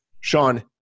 Sean